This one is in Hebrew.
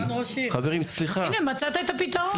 הינה מצאת את הפתרון.